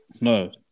No